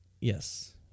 yes